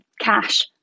cash